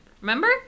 Remember